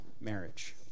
marriage